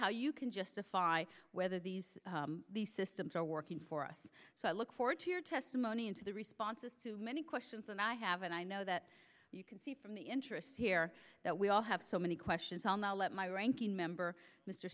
how you can justify whether these these systems are working for us so i look forward to your testimony into the responses to many questions and i have and i know that you can see from the interest here that we all have so many questions on the let my ranking member mr